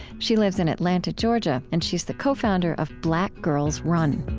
she lives in atlanta, georgia, and she's the co-founder of black girls run!